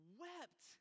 wept